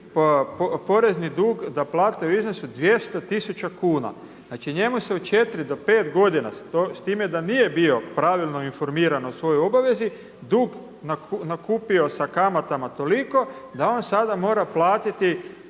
porezni dug da plate u iznosu od 200 tisuća kuna. Znači njemu se u 4 do 5 godina s time da nije bio pravilno informiran o svojoj obavezi dug nakupio sa kamatama toliko, da on sada mora platiti